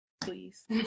please